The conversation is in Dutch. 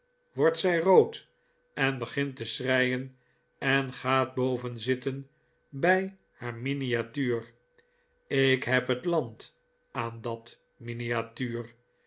wordt zij rood en begint te schreien en gaat boven zitten bij haar miniatuur ik heb het land aan dat miniatuur